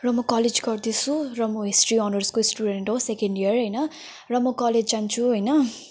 र म कलेज गर्दैछु र म हिस्ट्री अनर्सको स्टुडेन्ट हो सेकेन्ड इयर हैन र म कलेज जान्छु हैन